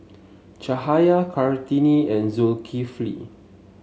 Cahaya Kartini and Zulkifli